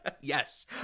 Yes